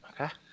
okay